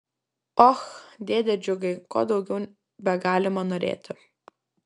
och dėde džiugai ko daugiau begalima norėti